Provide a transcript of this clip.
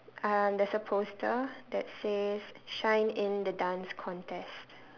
uh there's a poster that says shine in the dance contest